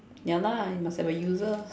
ya lah you must have a user